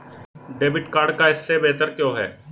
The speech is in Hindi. डेबिट कार्ड कैश से बेहतर क्यों है?